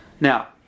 Now